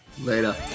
Later